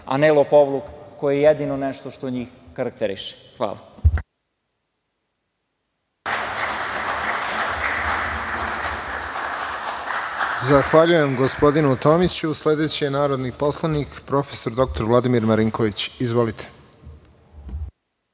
ne lopovluk, koji je jedino nešto što njih karakteriše. Hvala.